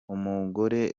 umugore